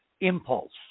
impulse